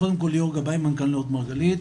קודם כל, אני ליאור גבאי מנכ"ל "נאות מרגלית".